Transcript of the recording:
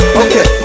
okay